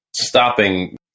stopping